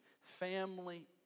family